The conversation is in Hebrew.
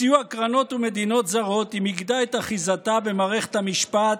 בסיוע קרנות ומדינות זרות היא מיקדה את אחיזתה במערכת המשפט,